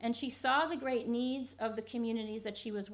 and she saw a great needs of the communities that she was